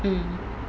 mm